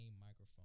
microphone